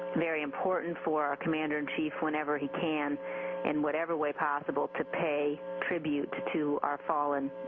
very important for our commander in chief whenever he can in whatever way possible to pay tribute to to our fallen